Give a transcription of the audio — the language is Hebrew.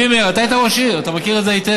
רבי מאיר, אתה היית ראש עיר, אתה מכיר את זה היטב.